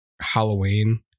Halloween